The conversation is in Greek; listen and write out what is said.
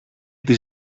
της